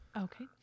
Okay